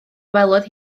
welodd